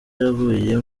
yaravuye